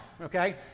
okay